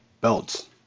belts